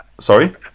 Sorry